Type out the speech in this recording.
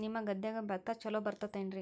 ನಿಮ್ಮ ಗದ್ಯಾಗ ಭತ್ತ ಛಲೋ ಬರ್ತೇತೇನ್ರಿ?